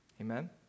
Amen